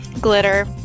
Glitter